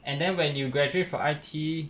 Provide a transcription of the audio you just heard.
and then when you graduate from I_T_E